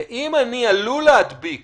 ואם אני עלול להדביק